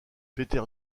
peter